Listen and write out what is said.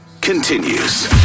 continues